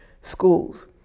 schools